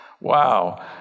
Wow